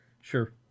sure